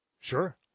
Sure